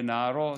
לנערות,